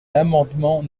l’amendement